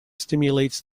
stimulates